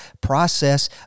process